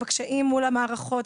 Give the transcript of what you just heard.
בקשיים מול המערכות,